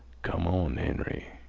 come on, henry.